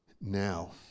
Now